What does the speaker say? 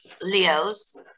Leo's